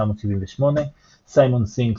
1978. סיימון סינג,